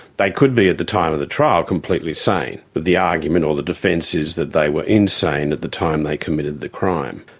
they could be, at the time of the trial, completely sane, but the argument or the defence is that they were insane at the time they committed the crime.